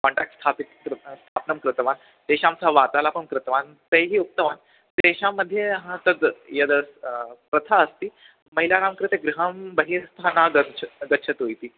contract स्थापितं कृतं स्थापनं कृतवान् तेषां सह वार्तालापं कृतवान् तान् उक्तवान् तेषां मध्ये हा तद् यद् प्रथा अस्ति महिलानां कृते गृहं बहिस्थं न गच्छ गच्छन्तु इति